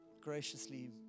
graciously